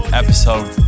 episode